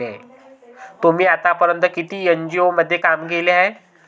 तुम्ही आतापर्यंत किती एन.जी.ओ मध्ये काम केले आहे?